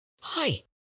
Hi